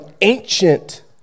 ancient